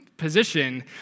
position